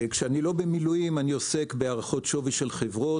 כשאני לא במילואים אני עוסק בהערכות שווי של חברות,